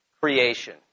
creation